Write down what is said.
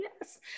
yes